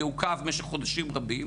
יעוכב במשך חודשים רבים,